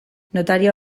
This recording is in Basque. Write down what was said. notario